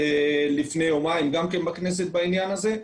לפני יומיים היינו בדיון בכנסת בנושא הזה.